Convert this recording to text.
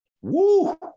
Woo